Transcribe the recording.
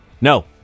No